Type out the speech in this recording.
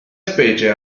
specie